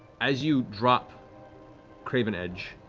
as you drop craven edge,